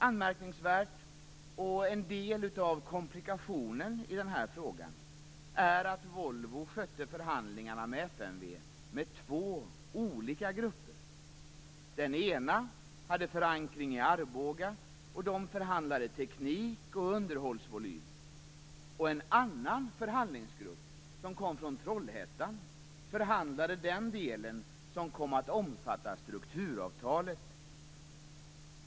Anmärkningsvärt, och en del av komplikationen i den här frågan, är att Volvo skötte förhandlingarna med FMV med två olika grupper. Den ena hade förankring i Arboga och förhandlade om teknik och underhållsvolym. En annan förhandlingsgrupp, som kom från Trollhättan, förhandlade om den del som kom att omfatta strukturavtalet.